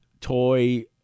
toy